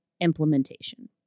implementation